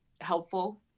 helpful